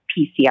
PCR